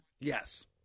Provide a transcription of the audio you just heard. Yes